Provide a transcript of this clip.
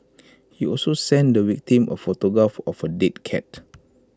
he also sent the victim A photograph of A dead cat